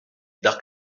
d’arc